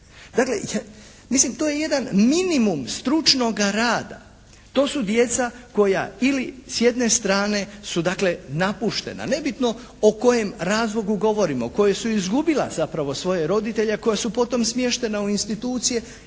Dakle, mislim to je jedan minimum stručnoga rada. To su djeca koja ili s jedne strane su dakle napuštena nebitno o kojem razlogu govorimo koja su izgubila zapravo svoje roditelje, a koja su potom smještena u institucije